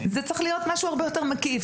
זה צריך להיות משהו הרבה יותר מקיף.